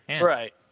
Right